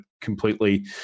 completely